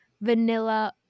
vanilla